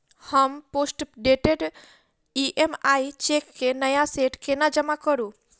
हम postdated EMI cheque केँ नया सेट केना जमा करू?